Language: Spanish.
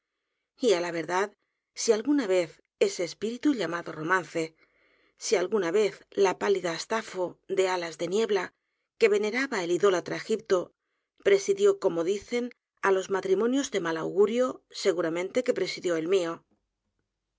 á la verdad si alguna vez ese espíritu llamado romance si alguna vez la pálida astapho de alas de niebla que veneraba el idólatra e g i p t o presidió como dicen á los matrimonios de mal augurio seguramente que presidió el mío